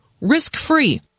risk-free